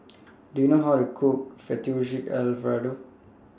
Do YOU know How to Cook Fettuccine Alfredo